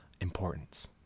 importance